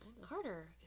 Carter